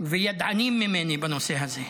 וידענים ממני בנושא הזה.